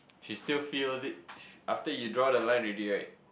she still feel it after you draw the line already right